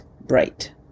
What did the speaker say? bright